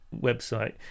website